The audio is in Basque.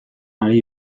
ari